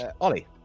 ollie